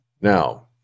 Now